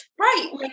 right